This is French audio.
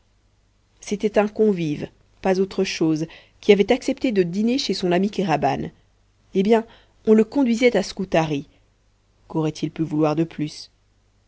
c'était un convive pas autre chose qui avait accepté de dîner chez son ami kéraban eh bien on le conduisait à scutari qu'aurait-il pu vouloir de plus